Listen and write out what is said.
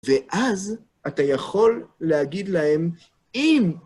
ואז אתה יכול להגיד להם, אם...